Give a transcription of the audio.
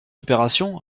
opération